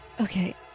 Okay